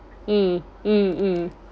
mm mm mm